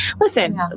Listen